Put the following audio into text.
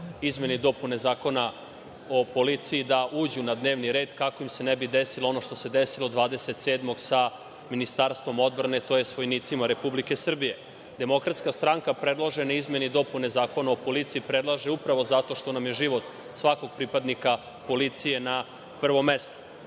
izmene i dopune Zakona o policiji da uđu na dnevni red, kako im se ne bi desilo, ono što se desilo 27. sa Ministarstvom odbrane, tj. vojnicima Republike Srbije. Demokratska stranka predložene izmene i dopune Zakona o policiji predlaže upravo zato što nam je život svakog pripadnika policije na prvom